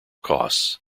costs